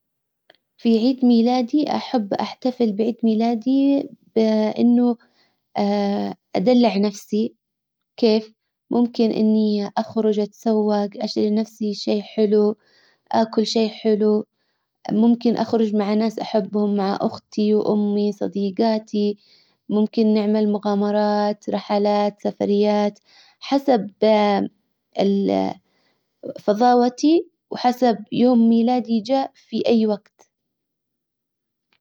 في عيد ميلادي احب احتفل بعيد ميلادي إنه ادلع نفسي كيف ممكن اني اخرج اتسوج اشترى لنفسي شي حلو اكل شي حلو ممكن اخرج مع ناس احبهم مع اختي وامي صديجاتى ممكن نعمل مغامرات رحلات سفريات حسب فظاوتي وحسب يوم ميلادي جاء في اي وقت.